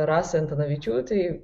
rasai antanavičiūtei